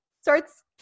starts –